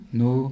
no